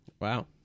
Wow